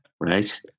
right